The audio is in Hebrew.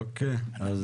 את